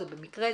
זה במקרה,